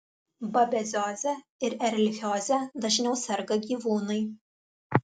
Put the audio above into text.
babezioze ir erlichioze dažniau serga gyvūnai